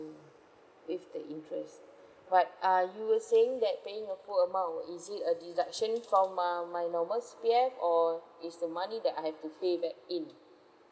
with the interest but uh you were saying that paying a full amount is it a deduction from um my normal C_P_F or it's the money that I have to pay back in